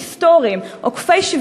אחרת.